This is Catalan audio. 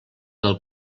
del